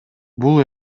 бул